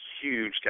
huge